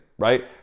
right